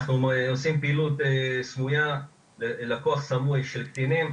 אנחנו עושים פעילות סמויה, לקוח סמוי של קטינים,